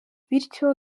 bityo